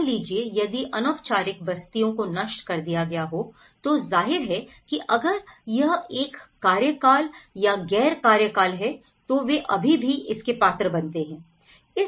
मान लीजिए यदि अनौपचारिक बस्तियों को नष्ट कर दिया गया है तो जाहिर है कि अगर यह एक कार्यकाल या गैर कार्यकाल है तो वे अभी भी इसके पात्र बनते हैं